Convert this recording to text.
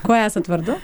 kuo esat vardu